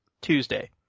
Tuesday